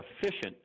efficient